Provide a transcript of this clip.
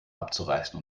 abzureißen